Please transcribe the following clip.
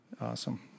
awesome